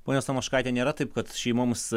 ponia samoškaite nėra taip kad šeimoms